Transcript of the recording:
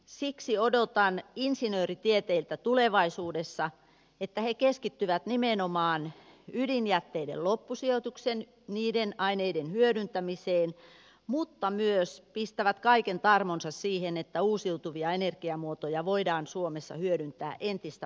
siksi odotan insinööritieteiltä tulevaisuudessa että he keskittyvät nimenomaan ydinjätteiden loppusijoitukseen niiden aineiden hyödyntämiseen mutta myös pistävät kaiken tarmonsa siihen että uusiutuvia energiamuotoja voidaan suomessa hyödyntää entistä paremmin